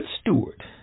steward